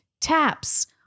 taps